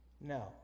No